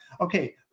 okay